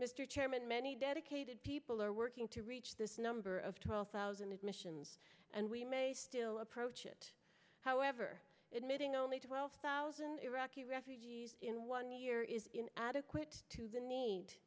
mr chairman many dedicated people are working to reach this number of twelve thousand admissions and we may still approach it however admitting only twelve thousand iraqi refugees in one year is adequate to the need